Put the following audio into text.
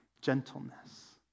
Gentleness